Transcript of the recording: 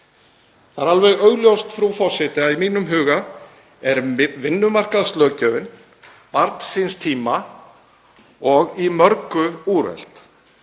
Það er augljóst, frú forseti, að í mínum huga er vinnumarkaðslöggjöfin barn síns tíma og í mörgu úrelt.